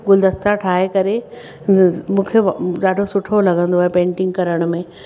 गुलदस्ता ठाहे करे मूंखे व ॾाढो सुठो लॻंदो आहे पेंटिंग करण में